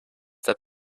that